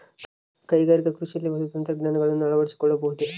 ಕೈಗಾರಿಕಾ ಕೃಷಿಯಲ್ಲಿ ಹೊಸ ತಂತ್ರಜ್ಞಾನವನ್ನ ಅಳವಡಿಸಿಕೊಳ್ಳಬಹುದೇ?